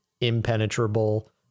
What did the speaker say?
impenetrable